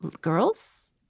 girls